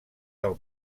del